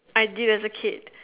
I did as a kid